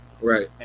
Right